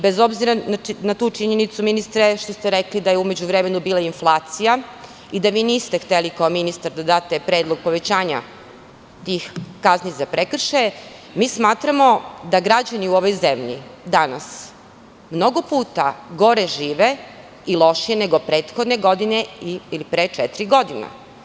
Bez obzira na tu činjenicu što ste vi rekli, da je u međuvremenu bila inflacija, i da vi niste hteli kao ministar da date predlog povećanja tih kazni za prekršaje, mi smatramo da građani u ovoj zemlji, danas mnogo puta gore žive i lošije nego prethodne godine, ili pre četiri godine.